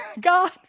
God